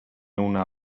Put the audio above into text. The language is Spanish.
una